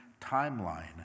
timeline